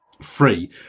free